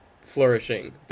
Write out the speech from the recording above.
flourishing